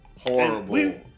Horrible